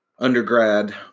undergrad